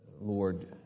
Lord